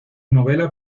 novela